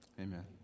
Amen